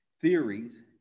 theories